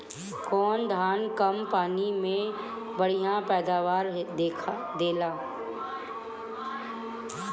कौन धान कम पानी में बढ़या पैदावार देला?